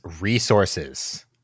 resources